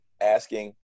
asking